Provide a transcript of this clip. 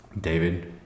David